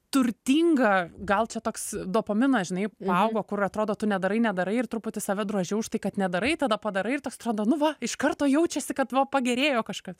turtinga gal čia toks dopaminas žinai paaugo kur atrodo tu nedarai nedarai ir truputį save droži už tai kad nedarai tada padarai ir toks atrodo nu va iš karto jaučiasi kad va pagerėjo kažkas